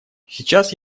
сейчас